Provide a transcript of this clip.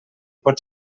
pot